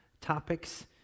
topics